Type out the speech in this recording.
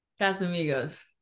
Casamigos